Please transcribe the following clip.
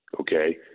Okay